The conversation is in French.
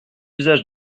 usage